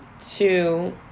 two